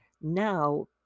now